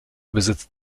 besitzt